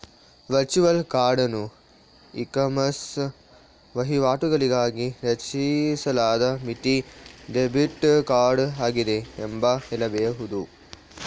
virtual ಕಾರ್ಡನ್ನು ecommerce ವಹಿವಾಟುಗಳಿಗಾಗಿ ರಚಿಸಲಾದ ಮಿತಿ ಡೆಬಿಟ್ ಕಾರ್ಡ್ ಆಗಿದೆ ಎಂದು ಹೇಳಬಹುದು